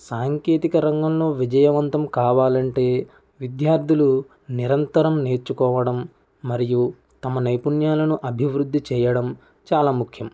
సాంకేతిక రంగంలో విజయవంతం కావాలంటే విద్యార్థులు నిరంతరం నేర్చుకోవడం మరియు తమ నైపుణ్యాలను అభివృద్ధి చేయడం చాలా ముఖ్యం